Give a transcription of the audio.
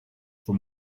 for